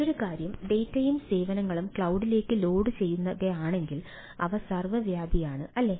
മറ്റൊരു കാര്യം ഡാറ്റയും സേവനങ്ങളും ക്ലൌഡിലേക്ക് ലോഡുചെയ്യുകയാണെങ്കിൽ അവ സർവ്വവ്യാപിയാണ് അല്ലേ